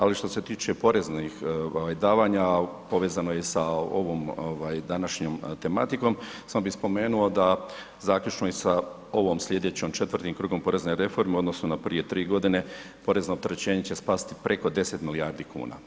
Ali što se tiče poreznih davanja povezano je sa ovom današnjom tematikom, samo bih spomenuo da zaključno sa ovim sljedećim četvrtim krugom porezne reforme u odnosu na prije tri godine porezno opterećenje će spasti preko 10 milijardi kuna.